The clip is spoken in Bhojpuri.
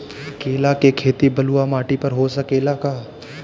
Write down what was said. केला के खेती बलुआ माटी पर हो सकेला का?